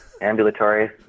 ambulatory